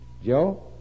Joe